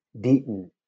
Deaton